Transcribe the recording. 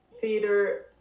theater